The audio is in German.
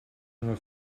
nur